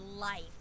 life